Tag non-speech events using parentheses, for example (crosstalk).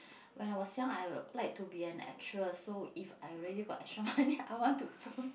when I was young I will like to be an actress so if I really got extra (breath) money I want to film